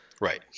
Right